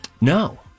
No